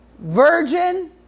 virgin